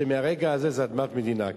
שמהרגע הזה זו אדמת מדינה.